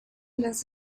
las